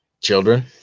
Children